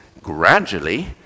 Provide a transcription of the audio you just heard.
gradually